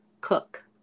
Cook